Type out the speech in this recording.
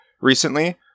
recently